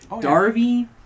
Darby